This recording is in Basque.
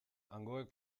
hangoek